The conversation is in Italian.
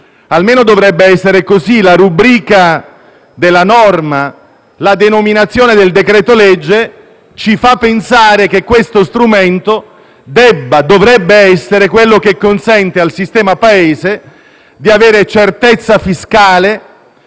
almeno dovrebbe essere questa la rubrica della norma. La denominazione del decreto-legge ci fa pensare che questo strumento dovrebbe essere quello che consente al sistema-Paese di avere certezza fiscale,